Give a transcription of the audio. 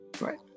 Right